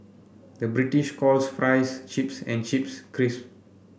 the British calls fries chips and chips crisp